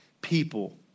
people